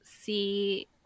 see